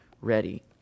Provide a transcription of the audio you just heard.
ready